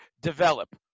develop